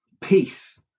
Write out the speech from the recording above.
peace